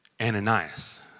Ananias